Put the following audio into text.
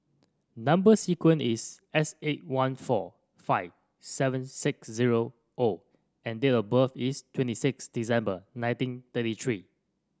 number sequence is S eight one four five seven six zero O and date of birth is twenty six December nineteen thirty three